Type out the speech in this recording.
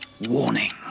Warning